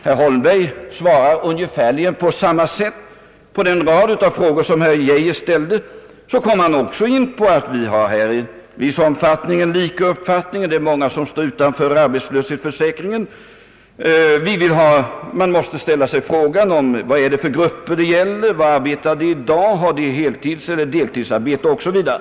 Herr Holmberg svarade på ungefär samma sätt. På den rad frågor som herr Geijer ställde till honom, kom herr Holmberg också in på att vi här i viss omfattning har samma uppfattning. Han konstaterar att det är många människor som står utanför arbetslöshetsförsäkringen. Han säger vidare, att man måste ställa sig frågan vad det gäller för grupper, var de arbetar i dag, om de har heltidseller deltidsarbete osv.